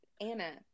Anna